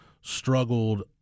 struggled